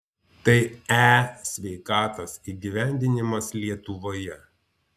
tai e sveikatos įgyvendinimas lietuvoje